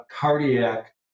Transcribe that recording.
cardiac